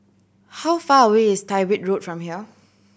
how far away is Tyrwhitt Road from here